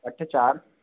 अठ चारि